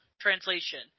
Translation